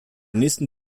nächste